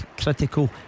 critical